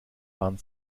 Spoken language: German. waren